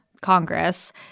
Congress